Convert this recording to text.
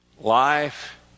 Life